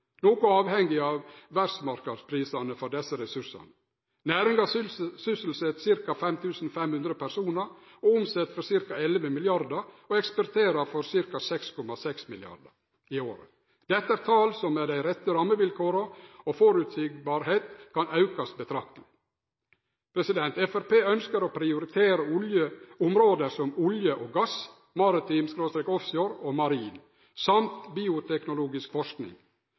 noko avhengig av verdsmarknadsprisane for desse ressursane. Næringa sysselset ca. 5 500 personar, omset for ca. 11 mrd. kr og eksporterer for ca. 6,6 mrd. kr i året. Dette er tal som ein med dei rette rammevilkåra og føreseielegheit kan auke betrakteleg. Framstegspartiet ønskjer å prioritere område som olje og gass, maritim/offshore og marin samt bioteknologisk forsking.